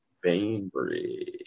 Bainbridge